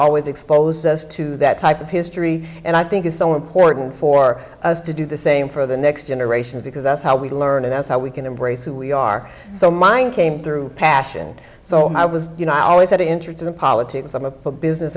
always expose us to that type of history and i think it's so important for us to do the same for the next generation because that's how we learn and that's how we can embrace who we are so mine came through passion so i was you know i always had an interest in politics i'm a business